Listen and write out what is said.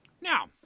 Now